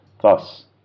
Thus